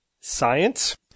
science